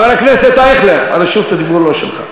חבר הכנסת אייכלר, רשות הדיבור לא שלך.